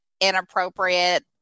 inappropriate